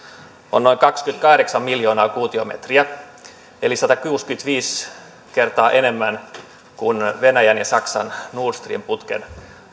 on noin kaksikymmentäkahdeksan miljoonaa kuutiometriä eli satakuusikymmentäviisi kertaa enemmän kuin venäjän ja saksan nord stream putken